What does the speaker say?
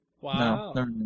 Wow